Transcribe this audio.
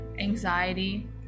anxiety